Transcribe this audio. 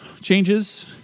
changes